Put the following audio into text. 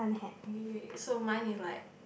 okay okay so mine is like